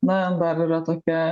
na dar yra tokia